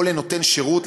או לנותן שירות,